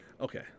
Okay